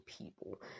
people